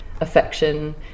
affection